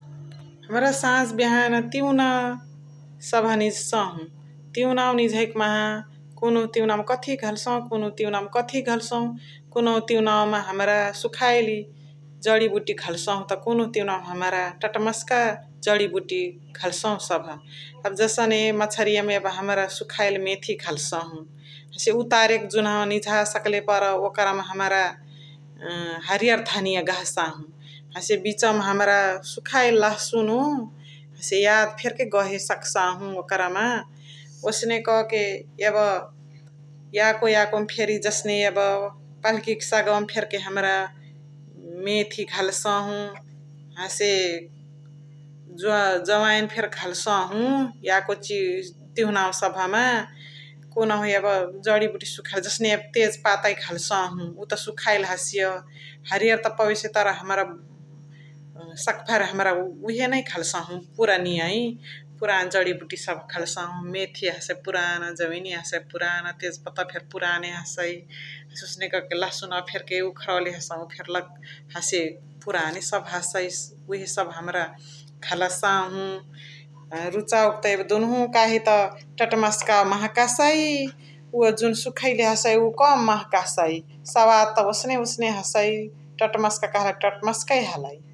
भातवा क सङे सङे हमरा साझा बेहना तिउना सभ त निझ्सहु बणसहु खेसहु पिसहु यब कुनुहु जसने यब दलियामा छौकके लागि लहसुन फेर्का हमरा घलसहु हसे कुनुहु घनिया फेर्क घल्सइ कुनुहु हसे पियाजु घल्सइ कुनुहु कथि घल्सइ । हसे तिउनवा सभ ह जसने यब हरियर तिउना सभ हसइ साग सभ हसइ, मेथी घल्सइ, हरियर मरचा घल्सइ, कुनुहु लहसुन घल्सइ, कुनुहु पियाजु घल्सइ । हसे कुनुहु दौल बनावे के दहुल यापन सारीरवा कह्देउ बारीयार बनावे के जरिबुटी सखलक यब जवैन सभ घल्सइ बेरिया नुन घल्सइ ओसने क के याको गिरा धनीया फेर्क घल्सइ सभ ।